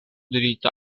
dirita